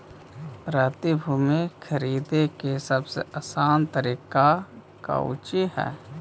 प्रतिभूति खरीदे के सबसे आसान तरीका कउची हइ